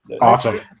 Awesome